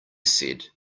said